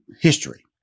history